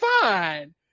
fine